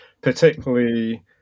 particularly